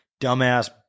dumbass